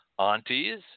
aunties